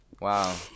Wow